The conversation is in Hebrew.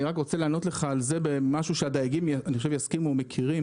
אני רק רוצה לענות לך על זה במשהו שאני חושב שהדייגים יסכימו ומכירים.